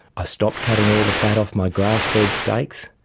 i stopped cutting all the fat off my grass-fed steaks,